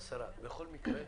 השרה, בכל מקרה,